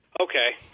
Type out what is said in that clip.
Okay